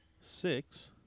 six